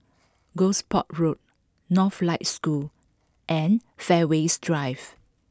Gosport Road Northlight School and Fairways Drive